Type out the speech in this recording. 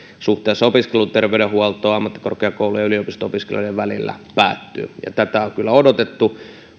suhteessa opiskeluterveydenhuoltoon ammattikorkeakoulu ja yliopisto opiskelijoiden välillä päättyy tätä on kyllä odotettu